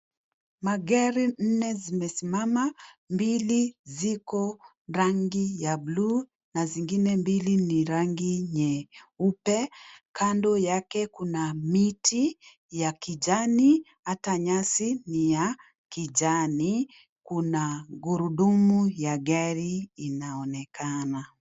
Magari nne zimesimama, mbili ziko rangi ya blue na zingine mbili ni rangi nyeupe. Kando yake kuna miti ya kijani ,hata nyasi ni ya kijani. Kuna gurudumu ya gari inaonekana.